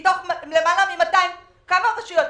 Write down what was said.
יש למעלה מ-250 רשויות,